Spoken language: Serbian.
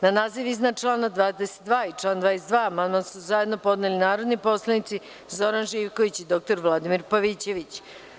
Na naziv iznadčlana 22. i član 22. amandman su zajedno podneli narodni poslanici Zoran Živković i dr Vladimir Pavićević.